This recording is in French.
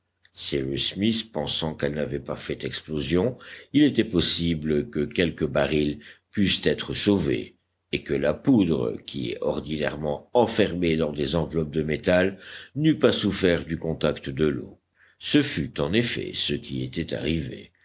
cyrus smith pensant qu'elle n'avait pas fait explosion il était possible que quelques barils pussent être sauvés et que la poudre qui est ordinairement enfermée dans des enveloppes de métal n'eût pas souffert du contact de l'eau ce fut en effet ce qui était arrivé